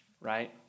right